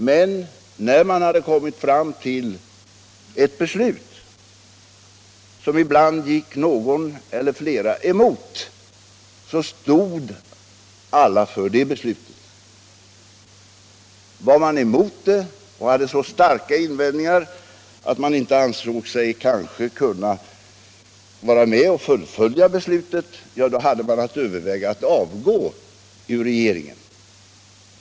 Men när man hade kommit fram till ett beslut, som ibland gick någon eller flera emot, så stod ändå alla för det beslutet. Var man emot det och hade så starka invändningar att man inte ansåg sig kunna vara med om att fullfölja beslutet, hade man att överväga att avgå ur regeringen.